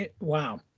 wow